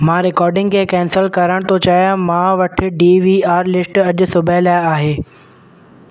मां रिकॉर्डिंग खे कैंसिल करणु थो चाहियां मां वटि डी वी आर लिस्ट अॼु सुबुह लाइ आहे